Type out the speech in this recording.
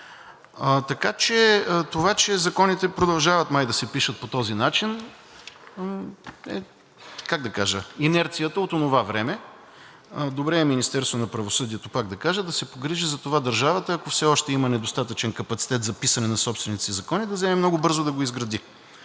да има. Това, че законите продължават май да се пишат по този начин, е инерцията от онова време. Добре е Министерството на правосъдието пак да кажат, да се погрижи за това държавата, ако все още има недостатъчен капацитет за писане на собствените си закони, да вземе много бързо да го изгради.